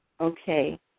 Okay